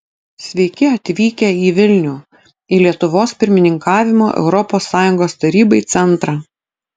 sveiki atvykę į vilnių į lietuvos pirmininkavimo europos sąjungos tarybai centrą